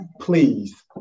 please